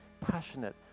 passionate